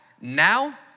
now